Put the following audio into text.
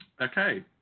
Okay